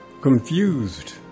confused